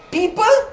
people